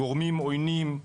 גורמים עוינים,